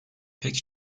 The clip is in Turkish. pek